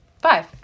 Five